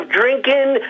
drinking